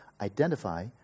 identify